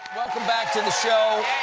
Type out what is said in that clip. welcome back to the show.